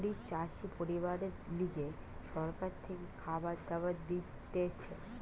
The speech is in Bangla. গরিব চাষি পরিবারদের লিগে সরকার থেকে খাবার দাবার দিতেছে